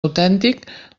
autèntic